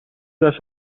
دست